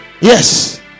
yes